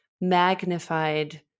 magnified